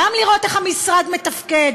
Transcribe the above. גם לראות איך המשרד מתפקד,